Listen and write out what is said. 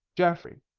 geoffrey,